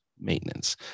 maintenance